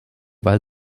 weil